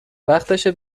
وقتشه